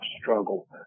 struggle